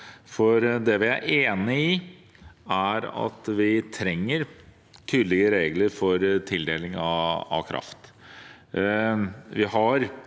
Det vi er enig i, er at vi trenger tydeligere regler for tildeling av kraft.